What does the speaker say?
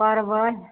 परवल